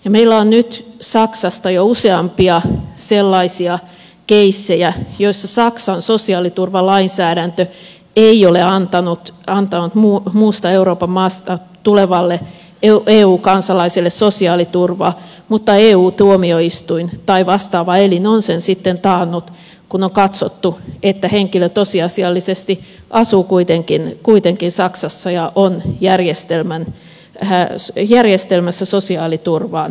meillä on saksasta jo useampia sellaisia keissejä joissa saksan sosiaaliturvalainsäädäntö ei ole antanut muusta euroopan maasta tulevalle eu kansalaiselle sosiaaliturvaa mutta eu tuomioistuin tai vastaava elin on sen sitten taannut kun on katsottu että henkilö tosiasiallisesti asuu kuitenkin saksassa ja on järjestelmässä sosiaaliturvaan oikeutettu